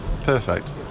Perfect